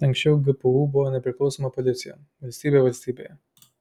anksčiau gpu buvo nepriklausoma policija valstybė valstybėje